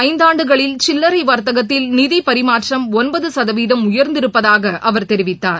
ஐந்தாண்டுகளில் சில்லறை வர்த்தகத்தில் நிதி பரிமாற்றம் ஒன்பது சதவீதம் கடந்த உயர்ந்திருப்பதாக அவர் தெரிவித்தார்